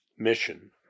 mission